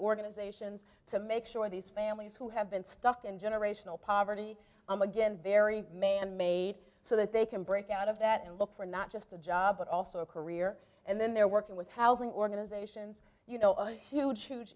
organizations to make sure these families who have been stuck in generational poverty i'm again very manmade so that they can break out of that and look for not just a job but also a career and then they're working with housing organizations you know a huge huge